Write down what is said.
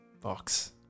box